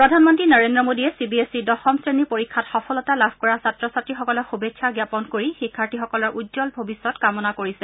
প্ৰধানমন্ত্ৰী নৰেন্দ্ৰ মোদীয়ে চিবিএছইৰ দশম শ্ৰেণীৰ পৰীক্ষাত সফলতা লাভ কৰা ছাত্ৰ ছাত্ৰীসকলক শুভেচ্ছা জ্ঞাপন কৰি শিক্ষাৰ্থীসকলৰ উজ্জ্বল ভৱিষ্যত কামনা কৰিছে